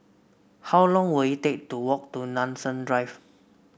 how long will it take to walk to Nanson Drive